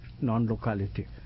non-locality